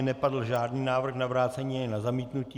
Nepadl žádný návrh na vrácení ani na zamítnutí.